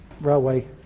railway